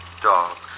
dogs